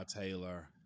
Taylor